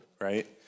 right